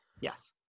Yes